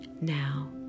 Now